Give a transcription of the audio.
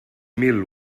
mil